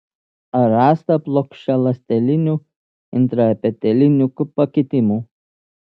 ar rasta plokščialąstelinių intraepitelinių pakitimų